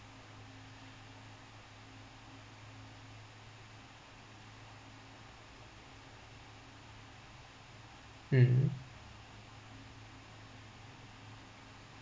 mm